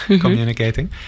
communicating